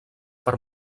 per